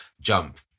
jump